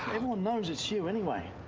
everyone knows it's you anyway,